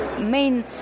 main